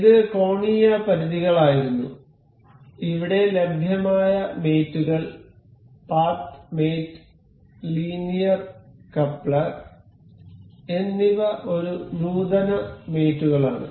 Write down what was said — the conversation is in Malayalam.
ഇത് കോണീയ പരിധികളായിരുന്നു ഇവിടെ ലഭ്യമായ മറ്റ് മേറ്റ് കൾ പാത്ത് മേറ്റ് ലീനിയർ കപ്ലർ എന്നിവ ഒരു നൂതന മേറ്റ് കളാണ്